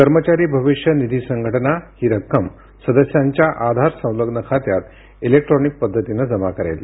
कर्मचारी भविष्य निधी संघटना ही रक्कम सदस्यांच्या आधार संलग्न खात्यात इलेक्ट्रॉनिक पद्धतीने जमा करेल